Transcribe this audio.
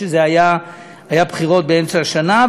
כשהיו בחירות באמצע השנה,